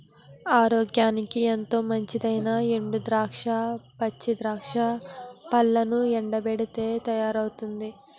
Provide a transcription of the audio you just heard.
ఆరోగ్యానికి ఎంతో మంచిదైనా ఎండు ద్రాక్ష, పచ్చి ద్రాక్ష పళ్లను ఎండబెట్టితే తయారవుతుంది